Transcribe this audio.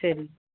சரிங்க